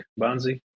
Bonzi